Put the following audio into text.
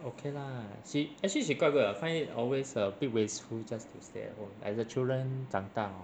okay lah she actually she quite good lah I find it always a bit wasteful just to stay at home as the children 长大 hor